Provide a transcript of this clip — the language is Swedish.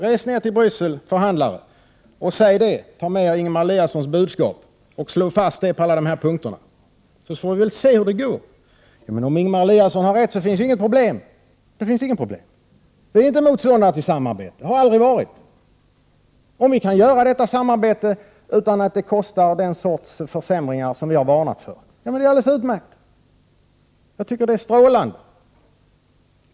Vi kan således säga till förhandlarna i Bryssel att de skall ta med sig Ingemar Eliassons budskap och slå fast det på alla dessa punkter, så får vi se hur det går. Om Ingemar Eliasson har rätt så finns det ju inget problem. Vi är inte motståndare till samarbete, och har aldrig varit det. Om vi kan genomföra detta samarbete utan att det blir på bekostnad av den sortens försämringar som vi har varnat för är det ju utmärkt. Jag tycker att det är strålande.